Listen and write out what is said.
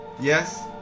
Yes